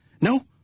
No